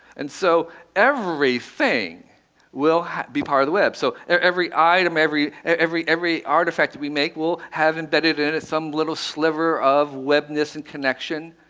and so every thing will be part of the web. so every item, every every artifact that we make, will have embedded in it some little sliver of web-ness and connection,